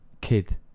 kid